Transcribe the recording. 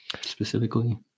specifically